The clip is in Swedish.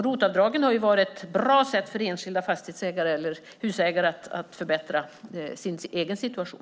ROT-avdraget har varit en bra sak för enskilda fastighetsägare eller husägare för att förbättra sin egen situation.